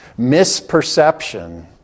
misperception